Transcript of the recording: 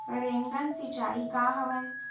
Rain gun सिंचाई का हवय?